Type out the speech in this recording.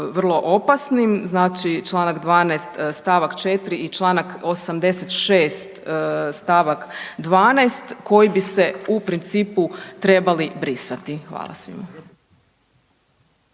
vrlo opasnim. Znači Članak 12. stavak 4. i Članak 86. stavak 12., koji bi se u principu trebali brisati. Hvala svima.